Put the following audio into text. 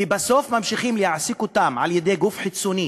ובסוף ממשיכים להעסיק אותם על-ידי גוף חיצוני